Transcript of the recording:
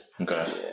Okay